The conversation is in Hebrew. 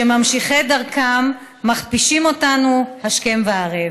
שמממשיכי דרכם מכפישים אותנו השכם והערב.